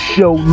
Show